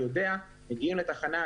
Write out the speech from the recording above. יודע שמגיעים לתחנה,